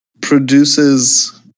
produces